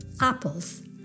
apples